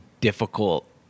difficult